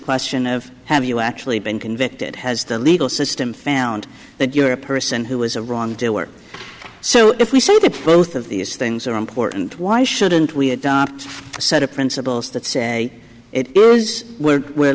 question of have you actually been convicted has the legal system fan and that you're a person who is a wrong to work so if we say that both of these things are important why shouldn't we adopt a set of principles that say it is where we're